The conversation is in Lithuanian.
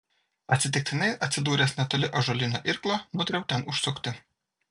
atsitiktinai atsidūręs netoli ąžuolinio irklo nutariau ten užsukti